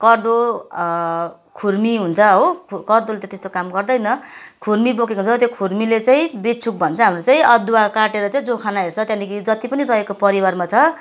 कर्द खुर्मी हुन्छ हो कर्दले त त्यस्तो काम गर्दैन खुर्मी बोकेको हुन्छ खुर्मीले चाहिँ बिछुप भन्छ हाम्रो चाहिँ अदुवा काटेर चाहिँ जोखाना हेर्छ त्यहाँदेखि जतिपनि रहेको परिवारमा छ